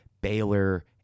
Baylor